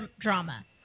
drama